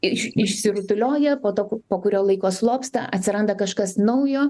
iš išsirutulioja po to po kurio laiko slopsta atsiranda kažkas naujo